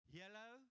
yellow